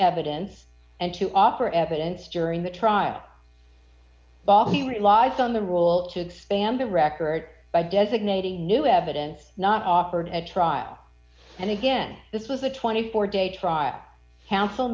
evidence and to offer evidence during the trial bob he relies on the rule to expand the record by designating new evidence not offered at trial and again this was a twenty four day trial coun